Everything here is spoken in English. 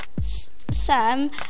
Sam